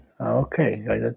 Okay